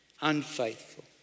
unfaithful